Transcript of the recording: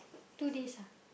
two days ah